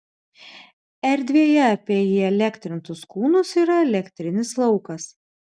erdvėje apie įelektrintus kūnus yra elektrinis laukas